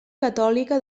catòlica